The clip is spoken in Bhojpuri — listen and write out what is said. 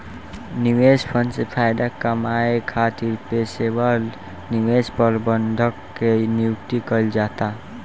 निवेश फंड से फायदा कामये खातिर पेशेवर निवेश प्रबंधक के नियुक्ति कईल जाता